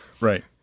right